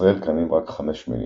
בישראל קיימים רק 5 מינים,